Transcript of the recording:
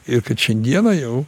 ir kad šiandieną jau